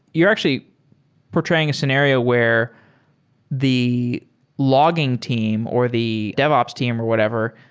you're actually portraying a scenario where the logging team or the devops team or whatever,